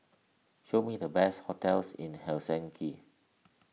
show me the best hotels in Helsinki